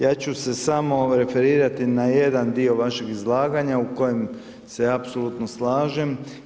Ja ću se samo referirati na jedan dio vašeg izlaganja u kojem se apsolutno slažem.